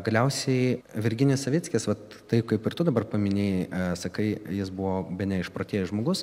galiausiai virginijus savickis vat taip kaip ir tu dabar paminėjai sakai jis buvo bene išprotėjęs žmogus